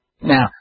Now